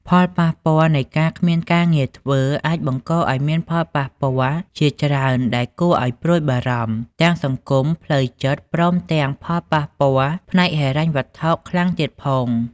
ផលប៉ះពាល់នៃការគ្មានការងារធ្វើអាចបង្កឱ្យមានផលប៉ះពាល់ជាច្រើនដែលគួរឱ្យព្រួយបារម្ភ ទាំងសង្គម ផ្លួវចិត្ត ព្រមទាំងផលប៉ះពាល់ផ្នែកហិរញ្ញវត្ថុខ្លាំងទៀតផង។